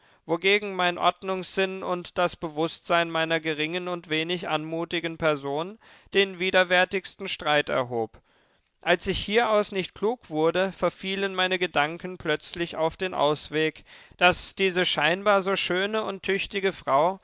wogegen mein ordnungssinn und das bewußtsein meiner geringen und wenig anmutigen person den widerwärtigsten streit erhob als ich hieraus nicht klug wurde verfielen meine gedanken plötzlich auf den ausweg daß diese scheinbar so schöne und tüchtige frau